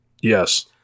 Yes